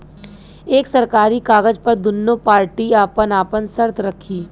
एक सरकारी कागज पर दुन्नो पार्टी आपन आपन सर्त रखी